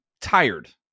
tired